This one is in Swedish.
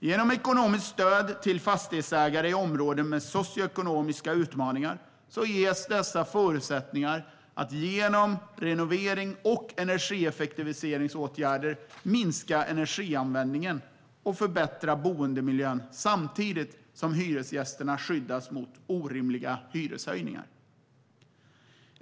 Genom ekonomiskt stöd till fastighetsägare i områden med socioekonomiska utmaningar ges dessa förutsättningar att genom renovering och energieffektiviseringsåtgärder minska energianvändningen och förbättra boendemiljön samtidigt som hyresgästerna skyddas mot orimliga hyreshöjningar.